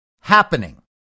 happening